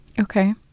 Okay